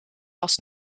was